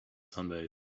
sunbathe